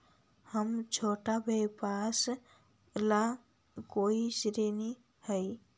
हमर छोटा व्यवसाय ला कोई ऋण हई?